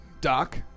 doc